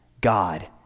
God